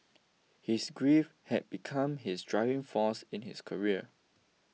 his grief had become his driving force in his career